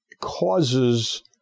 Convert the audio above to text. causes